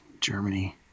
Germany